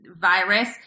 virus